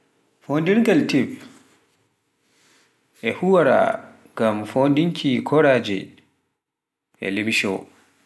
fhonndirgol tip, e huwuura ngam fhonduuki koraaje ko limsho.